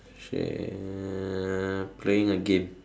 she uh playing a game